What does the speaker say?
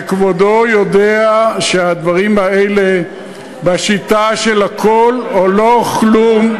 וכבודו יודע שהדברים האלה בשיטה של הכול או לא כלום,